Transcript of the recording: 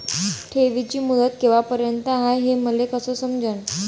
ठेवीची मुदत कवापर्यंत हाय हे मले कस समजन?